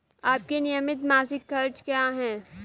आपके नियमित मासिक खर्च क्या हैं?